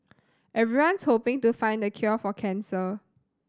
everyone's hoping to find the cure for cancer